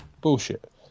bullshit